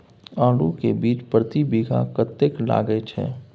आलू के बीज प्रति बीघा कतेक लागय छै?